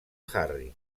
harry